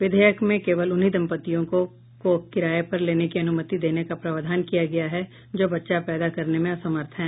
विधेयक में केवल उन्हीं दम्पतियों को कोख किराए पर लेने की अनुमति देने का प्रावधान किया गया है जो बच्चा पैदा करने में असमर्थ हैं